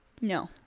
No